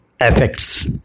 effects